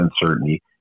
uncertainty